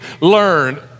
learn